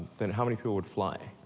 then how many people would fly?